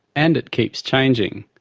and it keeps changing.